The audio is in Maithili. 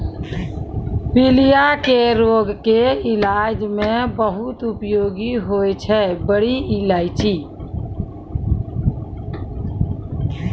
पीलिया के रोग के इलाज मॅ बहुत उपयोगी होय छै बड़ी इलायची